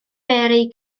mary